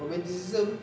romanticism